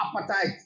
appetite